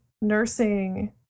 nursing